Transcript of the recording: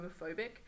homophobic